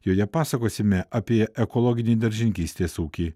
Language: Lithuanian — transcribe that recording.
joje pasakosime apie ekologinį daržininkystės ūkį